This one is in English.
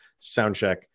Soundcheck